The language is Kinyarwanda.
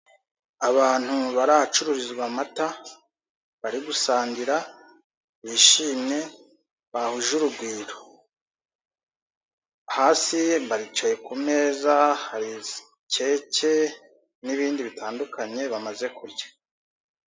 Abantu bari ahacururizwa amata, bari gusangira, bishimye, bahuje urugwiro, hasi baricaye ku meza hari keke n'ibindi bitandukanye bamaze kurya.